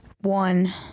one